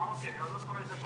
מה פרק הזמן שעובר,